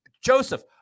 Joseph